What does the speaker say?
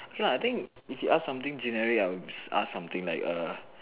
okay lah I think if you ask something generic I would ask something like err